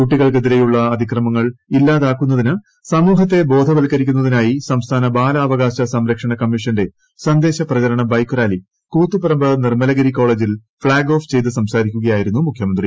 കുട്ടികൾക്കെതിരെയുള്ള അതിക്രമങ്ങൾ ഇല്ലാതാക്കുന്നതിന് സമൂഹത്തെ ബോധവൽക്കരിക്കുന്നതിനായി സംസ്ഥാന ബാലാവകാശ സംരക്ഷണ കമ്മീഷന്റെ സന്ദേശ പ്രചരണ bike rally Koothuparamba Nirmalagiri കോളേജിൽ ഫ്ളാഗ് ഓഫ് സംസാരിക്കുകയായിരുന്നു മുഖ്യമന്ത്രി